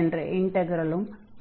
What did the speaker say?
என்ற இன்டக்ரலும் கன்வர்ஜ் ஆகும்